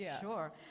sure